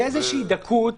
זו איזושהי דקות,